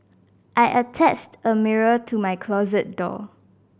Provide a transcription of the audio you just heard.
I attached a mirror to my closet door